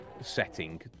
setting